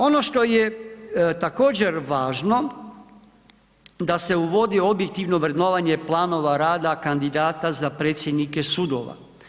Ono što je također važno, da se uvodi objektivno vrednovanje planova rada kandidata za predsjednike sudova.